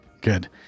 Good